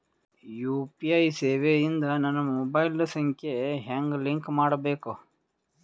UPI ಸೇವೆ ಇಂದ ನನ್ನ ಮೊಬೈಲ್ ಸಂಖ್ಯೆ ಹೆಂಗ್ ಲಿಂಕ್ ಮಾಡಬೇಕು?